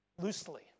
loosely